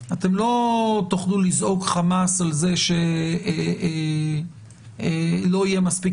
אתם לא תוכלו לזעוק חמס על זה שלא יהיה מספיק